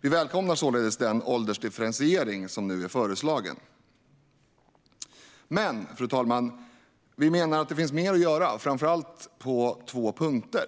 Vi välkomnar således den åldersdifferentiering som nu är föreslagen. Men, fru talman, vi menar att det finns mer att göra, framför allt på två punkter.